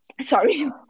sorry